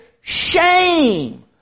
shame